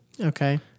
Okay